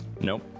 Nope